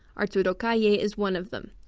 arturo calle yeah is one of them.